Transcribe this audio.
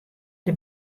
der